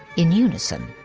in unison.